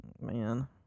Man